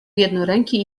jednoręki